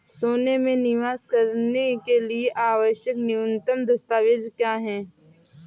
सोने में निवेश के लिए आवश्यक न्यूनतम दस्तावेज़ क्या हैं?